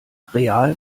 real